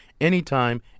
anytime